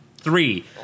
Three